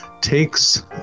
takes